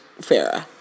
Farah